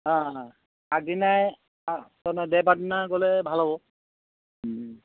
অঁ আগদিনাই দেওবাৰৰ দিনা গ'লে ভাল হ'ব